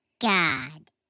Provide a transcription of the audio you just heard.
God